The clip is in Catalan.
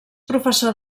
professor